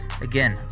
Again